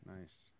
Nice